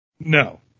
No